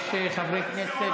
יש חברי כנסת